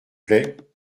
plait